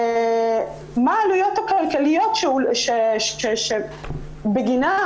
מה העלויות הכלכליות שבגינן,